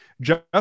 Jeff